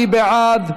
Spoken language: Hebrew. מי בעד?